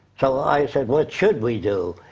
so, i said what should we do.